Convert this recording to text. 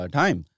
time